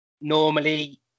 Normally